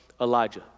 Elijah